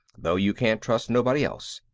though you can't trust nobody else.